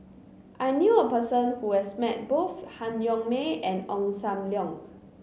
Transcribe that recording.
I knew a person who has met both Han Yong May and Ong Sam Leong